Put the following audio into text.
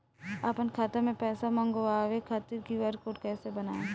आपन खाता मे पैसा मँगबावे खातिर क्यू.आर कोड कैसे बनाएम?